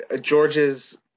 George's